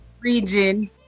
region